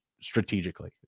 strategically